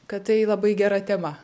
kad tai labai gera tema